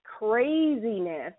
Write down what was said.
craziness